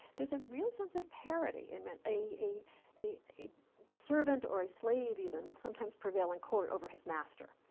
there's a real sense of parity and but a a servant or a slave, even, will sometimes prevail in court over his master.